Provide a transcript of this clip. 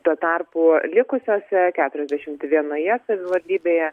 tuo tarpu likusiose keturiasdešimt vienoje savivaldybėje